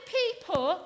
people